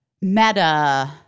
meta